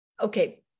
okay